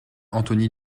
antony